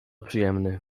przyjemny